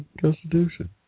Constitution